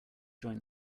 join